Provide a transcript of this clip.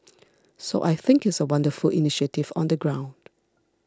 so I think it's a wonderful initiative on the ground